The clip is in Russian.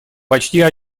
почти